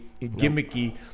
gimmicky